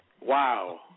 Wow